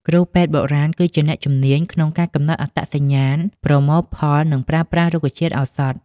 គ្រូពេទ្យបុរាណ គឺជាអ្នកជំនាញក្នុងការកំណត់អត្តសញ្ញាណ ប្រមូលផល និងប្រើប្រាស់រុក្ខជាតិឱសថ។